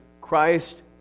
Christ